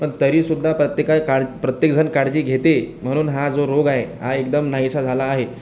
पण तरीसुद्धा प्रत्येक काळ प्रत्येकजण काळजी घेते म्हणून हा जो रोग आहे हा एकदम नाहीसा झाला आहे